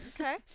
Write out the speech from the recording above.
Okay